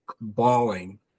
bawling